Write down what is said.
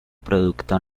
producto